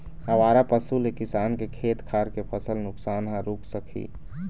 आवारा पशु ले किसान के खेत खार के फसल नुकसान ह रूक सकही